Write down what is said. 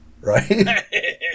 right